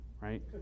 right